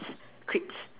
crisps